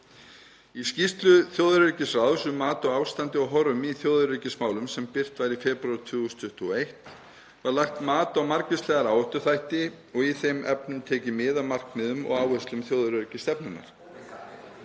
Í skýrslu þjóðaröryggisráðs um mat á ástandi og horfum í þjóðaröryggismálum, sem birt var í febrúar 2021, var lagt mat á margvíslega áhættuþætti og í þeim efnum tekið mið af markmiðum og áherslum þjóðaröryggisstefnunnar.